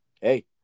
hey